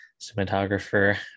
cinematographer